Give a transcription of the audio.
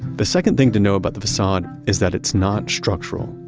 the second thing to know about the facade is that it's not structural.